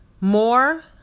more